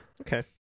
Okay